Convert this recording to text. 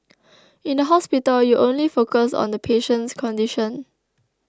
in the hospital you only focus on the patient's condition